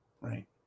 right